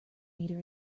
meter